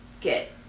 get